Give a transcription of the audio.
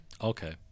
Okay